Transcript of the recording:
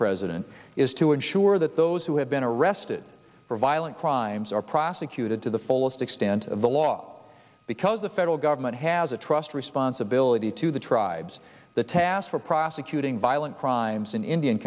president is to ensure that those who have been arrested for violent crimes are prosecuted to the fullest extent of the law because the federal government has a trust responsibility to the tribes the task for prosecuting violent crimes in indian